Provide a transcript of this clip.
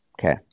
Okay